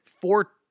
four